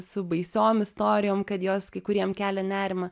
su baisiom istorijom kad jos kai kuriem kelia nerimą